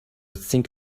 think